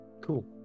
Cool